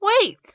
Wait